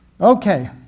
Okay